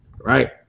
right